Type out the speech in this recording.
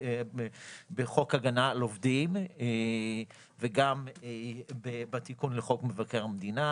בחוק הגנה על עובדים וגם בתיקון לחוק מבקר המדינה